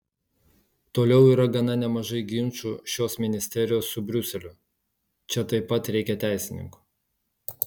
toliau yra gana nemažai ginčų šios ministerijos su briuseliu čia taip pat reikia teisininkų